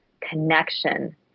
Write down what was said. connection